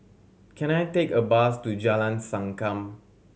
can I take a bus to Jalan Sankam